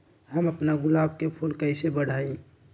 हम अपना गुलाब के फूल के कईसे बढ़ाई?